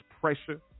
pressure